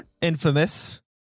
infamous